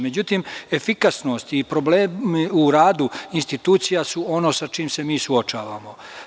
Međutim, efikasnost i problemi u radu institucija su ono sa čim se mi suočavamo.